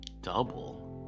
Double